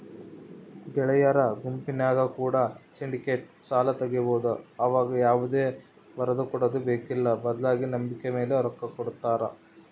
ಗೆಳೆಯರ ಗುಂಪಿನ್ಯಾಗ ಕೂಡ ಸಿಂಡಿಕೇಟೆಡ್ ಸಾಲ ತಗಬೊದು ಆವಗ ಯಾವುದೇ ಬರದಕೊಡದು ಬೇಕ್ಕಿಲ್ಲ ಬದ್ಲಿಗೆ ನಂಬಿಕೆಮೇಲೆ ರೊಕ್ಕ ಕೊಡುತ್ತಾರ